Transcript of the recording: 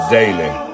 daily